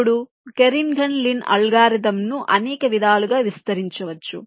ఇప్పుడు ఈ Kernighan Lin అల్గోరిథంను అనేక విధాలుగా విస్తరించవచ్చు